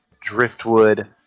driftwood